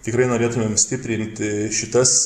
tikrai norėtumėm stiprinti šitas